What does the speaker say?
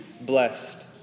blessed